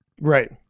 Right